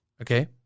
okay